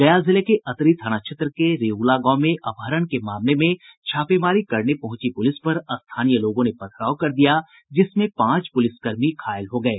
गया जिले के अतरी थाना क्षेत्र के रिउला गांव में अपहरण के मामले में छापेमारी करने पहुंची पुलिस पर स्थानीय लोगों ने पथराव कर दिया जिसमें पांच पुलिसकर्मी घायल हो गये